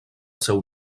seu